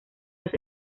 los